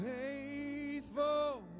Faithful